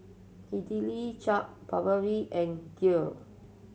Idili Chaat Papri and Kheer